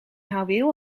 houweel